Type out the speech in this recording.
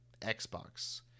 Xbox